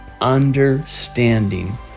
understanding